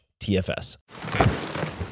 TFS